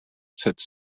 sept